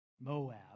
Moab